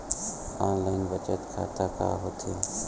Online बचत खाता का होथे?